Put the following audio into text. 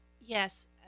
Yes